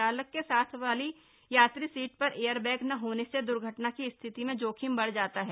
चालक के साथ वाली यात्री सीट पर एयरबैग न होने से द्वर्घटना की स्थिति में जोखिम बढ़ जाता है